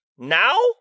Now